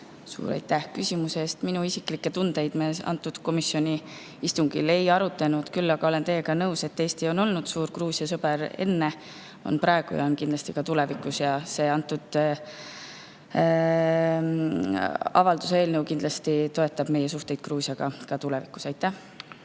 Suur aitäh küsimuse eest! Minu isiklikke tundeid me komisjoni istungil ei arutanud. Küll aga olen teiega nõus, et Eesti on olnud suur Gruusia sõber enne, on praegu ja on kindlasti ka tulevikus. See avalduse eelnõu kindlasti toetab meie suhteid Gruusiaga ka tulevikus. Lauri